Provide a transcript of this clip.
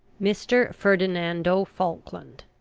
mr. ferdinando falkland,